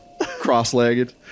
cross-legged